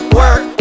work